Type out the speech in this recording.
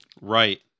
Right